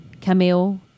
camille